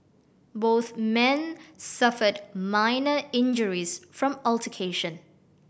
both men suffered minor injuries from altercation